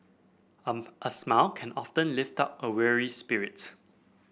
a smile can often lift up a weary spirits